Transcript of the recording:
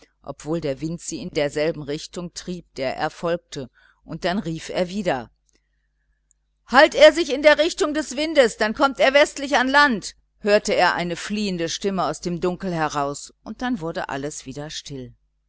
obwohl der wind sie in derselben richtung trieb der er folgte und dann rief er wieder halt er sich in der richtung des windes dann kommt er westlich ans land hörte er eine fliehende stimme aus dem dunkel heraus und dann wurde alles wieder still